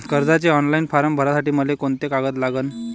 कर्जाचे online form भरासाठी मले कोंते कागद लागन?